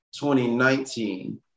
2019